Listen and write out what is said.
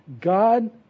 God